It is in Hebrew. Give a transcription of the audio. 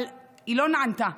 אבל היא לא נענתה,